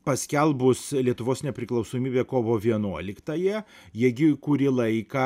paskelbus lietuvos nepriklausomybę kovo vienuoliktąją jie gi kurį laiką